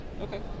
Okay